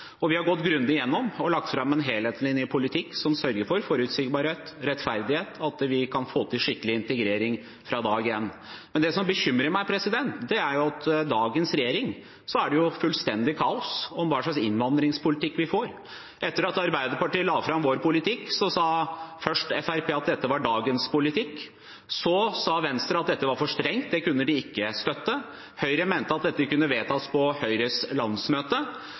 Vi har gått grundig gjennom det og lagt fram en helhetlig, ny politikk som sørger for forutsigbarhet, rettferdighet og at vi kan få til skikkelig integrering fra dag én. Det som bekymrer meg, er at med dagens regjering er det fullstendig kaos om hva slags innvandringspolitikk vi får. Etter at Arbeiderpartiet la fram vår politikk, sa først Fremskrittspartiet at dette var dagens politikk. Så sa Venstre at dette var for strengt, det kunne de ikke støtte. Høyre mente at dette kunne vedtas på Høyres landsmøte.